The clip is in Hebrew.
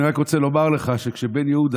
אני רק רוצה לומר לך שכשבן יהודה